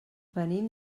venim